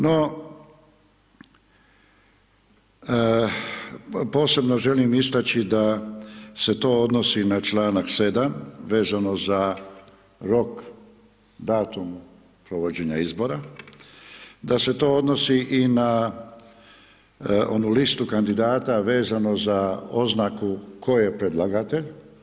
No, posebno želim istači, da se to odnosi na članak 7. vezano na rok, datum provođenja izbora, da se to odnosi i na onu listu kandidata, vezano za oznaku tko je predlagatelj.